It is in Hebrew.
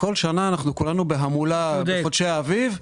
ובכל שנה כולנו בהמולה בחודשי האביב,